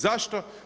Zašto?